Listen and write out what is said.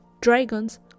Dragons